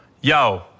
Yo